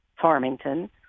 Farmington